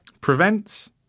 prevents